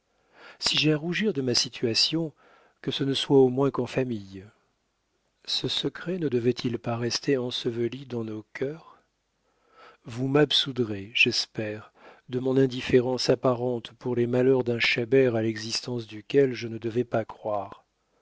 si j'ai à rougir de ma situation que ce ne soit au moins qu'en famille ce secret ne devait-il pas rester enseveli dans nos cœurs vous m'absoudrez j'espère de mon indifférence apparente pour les malheurs d'un chabert à l'existence duquel je ne devais pas croire